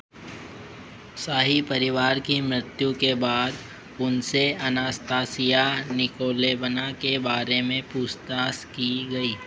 शाही परिवार की मृत्यु के बाद उनसे के बारे में पूछताछ की गई